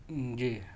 جی